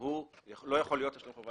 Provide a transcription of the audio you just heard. יכול להיות תשלום חובה